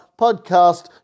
podcast